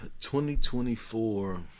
2024